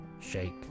Shake